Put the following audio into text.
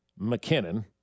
McKinnon